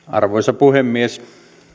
arvoisa puhemies